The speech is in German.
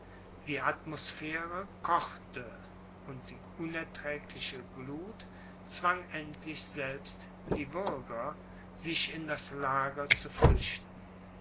die atmosphäre kochte und die unerträgliche glut zwang endlich selbst die würger sich in das lager zu flüchten